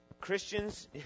Christians